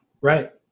Right